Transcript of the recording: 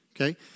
Okay